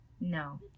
No